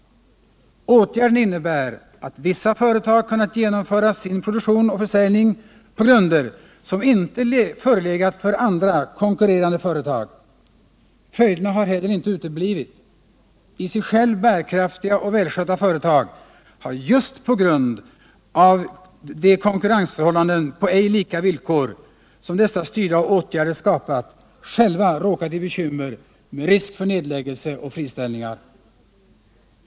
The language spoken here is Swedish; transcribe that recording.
Åtgärden innebär att vissa företag kunnat genomföra sin produktion och försäljning på grunder som inte förelegat för andra konkurrerande företag. Följderna har heller inte uteblivit — i sig själva bärkraftiga och välskötta företag har just på grund av de konkurrensförhållanden på ej lika vilkor, som dessa styrda åtgärder skapat, själva råkat i bekymmer, med risk för nedläggelser och friställningar.